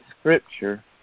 Scripture